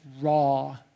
raw